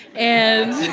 and.